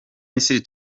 misiri